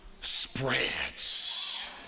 spreads